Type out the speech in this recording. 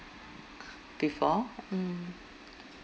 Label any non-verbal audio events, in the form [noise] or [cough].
[noise] before mm